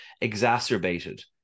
exacerbated